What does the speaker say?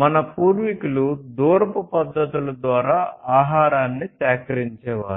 మన పూర్వీకులు దూరపు పద్ధతుల ద్వారా ఆహారాన్ని సేకరించేవారు